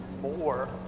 more